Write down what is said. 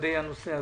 לגבי הנושא הזה: